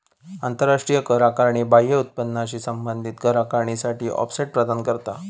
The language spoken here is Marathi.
आंतराष्ट्रीय कर आकारणी बाह्य उत्पन्नाशी संबंधित कर आकारणीसाठी ऑफसेट प्रदान करता